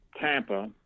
Tampa